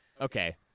okay